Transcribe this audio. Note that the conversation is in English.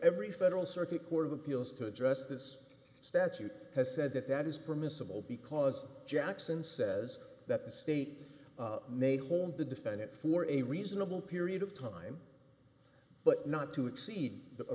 every federal circuit court of appeals to address this statute has said that that is permissible because jackson says that the state may hold the defendant for a reasonable period of time but not to exceed